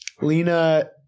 Lena